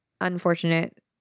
unfortunate